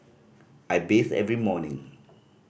I bathe every morning